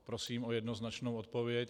Prosím o jednoznačnou odpověď.